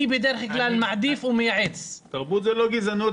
אני בדרך כלל מעדיף ומייעץ --- תרבות זה לא גזענות,